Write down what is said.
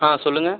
ஆ சொல்லுங்கள்